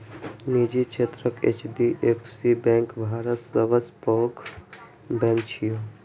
निजी क्षेत्रक HDFC bank भारतक सबसं पैघ बैंक छियै